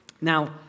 Now